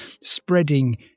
spreading